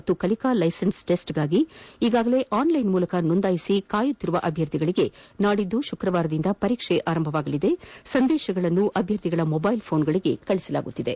ಮತ್ತು ಕಲಿಕಾ ಲೈಸೆನ್ಸ್ ಟೆಸ್ಟಗಾಗಿ ಈಗಾಗಲೇ ಆನ್ಲೈನ್ನಲ್ಲಿ ನೋಂದಾಯಿಸಿ ಕಾಯುತ್ತಿರುವ ಅಭ್ಯರ್ಥಿಗಳಿಗೆ ನಾಡಿದ್ದು ಶುಕ್ರವಾರದಿಂದ ಪರೀಕ್ಷೆ ಪ್ರಾರಂಭವಾಗಲಿದ್ದು ಸಂದೇಶಗಳನ್ನು ಅಭ್ಯರ್ಥಿಗಳ ಮೊಬೈಲ್ಗಳಿಗೆ ಕಳುಹಿಸಲಾಗಿದೆ